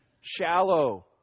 shallow